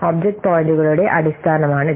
object പോയിന്റുകളുടെ അടിസ്ഥാനമാണ് ഇത്